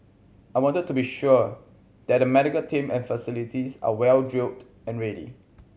I wanted to be sure that the medical team and facilities are well drilled and ready